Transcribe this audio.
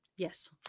Yes